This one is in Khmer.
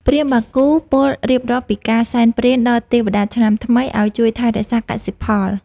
ព្រាហ្មណ៍បាគូពោលរៀបរាប់ពីការសែនព្រេនដល់ទេវតាឆ្នាំថ្មីឱ្យជួយថែរក្សាកសិផល។